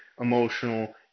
emotional